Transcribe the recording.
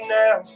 now